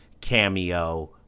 cameo